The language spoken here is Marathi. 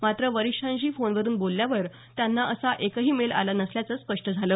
मात्र वरिष्ठांशी फोनवरून बोलल्यावर त्यांनी असा काही मेल केलाच नसल्याचं स्पष्ट झालं